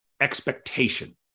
expectation